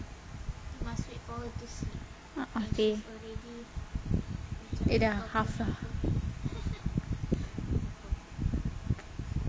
a'ah seh dia dah half lah